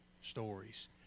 stories